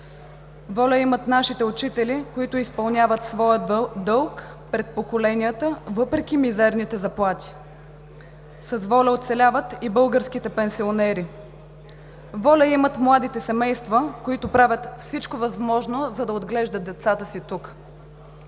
Воля имат нашите учители, които изпълняват своя дълг пред поколенията въпреки мизерните заплати. С воля оцеляват и българските пенсионери. Воля имат младите семейства, които правят всичко възможно, за да отглеждат децата си тук.